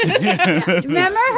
Remember